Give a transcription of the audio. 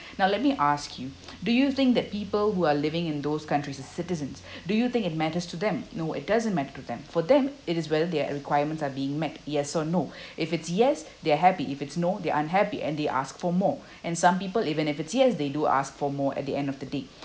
now let me ask you do you think that people who are living in those countries as citizens do you think it matters to them no it doesn't matter to them for them it is whether their requirements are being met yes or no if it's yes they are happy if it's not they're unhappy and they ask for more and some people even if it's yes they do ask for more at the end of the day